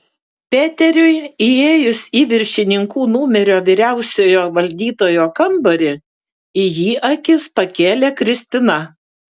peteriui įėjus į viršininkų numerio vyriausiojo valdytojo kambarį į jį akis pakėlė kristina